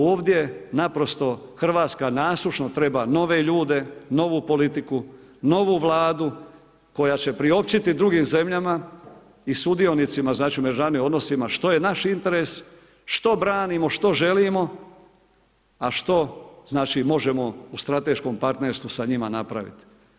Ovdje naprosto Hrvatska nasušno treba nove ljude, novu politiku, novu Vladu koja će priopćiti drugim zemljama i sudionicima znači u međunarodnim odnosima što je naš interes, što branimo, što želimo a znači možemo u strateškom partnerstvu sa njima napraviti.